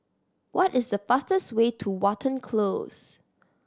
what is the fastest way to Watten Close